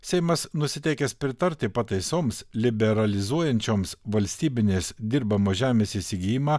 seimas nusiteikęs pritarti pataisoms liberalizuojančioms valstybinės dirbamos žemės įsigijimą